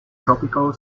tropical